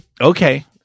Okay